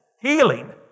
healing